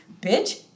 bitch